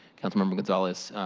council member gonzalez,